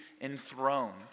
enthroned